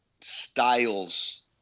styles